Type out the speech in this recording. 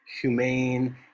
humane